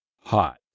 hot